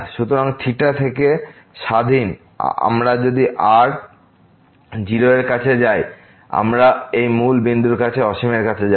সুতরাং থিটা থেকে স্বাধীন আমরা যদি r 0 এর কাছে যাই আমরা এই মূল বিন্দুর কাছে অসীমের কাছে যাব